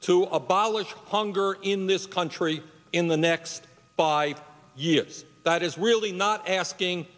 to abolish hunger in this country in the next by year that is really not asking